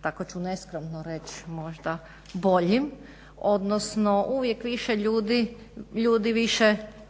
tako ću neskromno reć' možda boljim, odnosno uvijek više ljudi